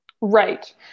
Right